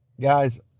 guys